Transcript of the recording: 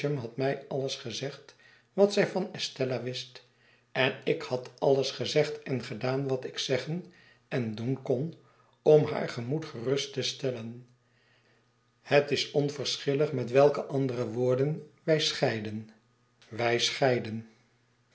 had mij alles gezegd wat zij van estella wist enikhad alles gezegd en gedaan wat ik zeggen en doen kon om haar gemoed gerust te stelten het is onverschillig met weike andere woorden wij scheidden wij scheidden